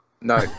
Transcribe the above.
No